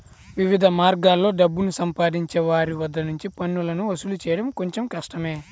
వివిధ మార్గాల్లో డబ్బుని సంపాదించే వారి వద్ద నుంచి పన్నులను వసూలు చేయడం కొంచెం కష్టమే